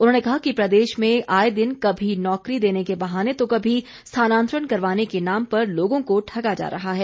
उन्होंने कहा कि प्रदेश में आए दिन कभी नौकरी देने के बहाने तो कभी स्थानांतरण करवाने के नाम पर लोगों को ठगा जा रहा है